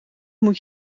moet